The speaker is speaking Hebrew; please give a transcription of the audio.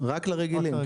רק לרגילים.